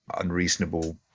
unreasonable